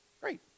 Great